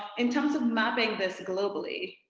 in terms of mapping this globally,